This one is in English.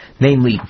namely